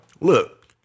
Look